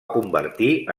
convertir